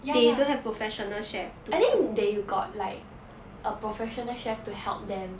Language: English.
ya ya I think they got like a professional chef to help them